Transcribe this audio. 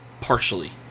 partially